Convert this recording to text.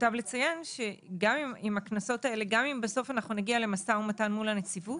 גם אם בסוף נגיע למשא ומתן מול הנציבות,